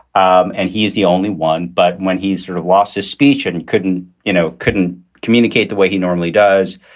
um and he is the only one. but when he sort of lost his speech and couldn't, you know, couldn't communicate the way he normally does,